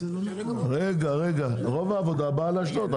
רוב העבודה באה לאשדוד.